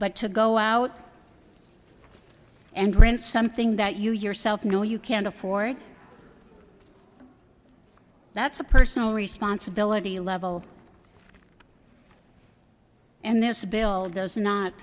but to go out and rent something that you yourself know you can't afford that's a personal responsibility level and this bill does not